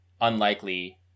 unlikely